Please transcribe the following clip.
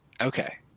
Okay